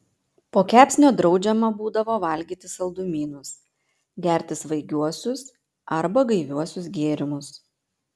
po kepsnio draudžiama būdavo valgyti saldumynus gerti svaigiuosius arba gaiviuosius gėrimus